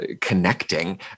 connecting